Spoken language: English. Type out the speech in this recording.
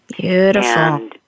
Beautiful